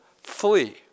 flee